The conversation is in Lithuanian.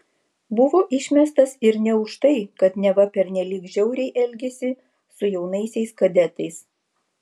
buvo išmestas ir ne už tai kad neva pernelyg žiauriai elgėsi su jaunaisiais kadetais